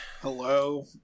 Hello